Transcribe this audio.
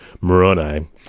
Moroni